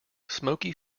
smoky